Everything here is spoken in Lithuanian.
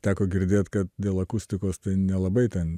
teko girdėt kad dėl akustikos tai nelabai ten